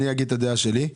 אגיד את הדעה שלי.